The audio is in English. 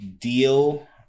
deal